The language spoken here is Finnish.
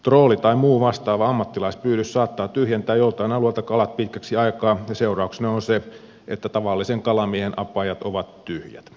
trooli tai muu vastaava ammattilaispyydys saattaa tyhjentää joiltain alueilta kalat pitkäksi aikaa ja seurauksena on se että tavallisen kalamiehen apajat ovat tyhjät